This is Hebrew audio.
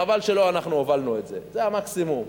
חבל שלא אנחנו הובלנו, זה המקסימום.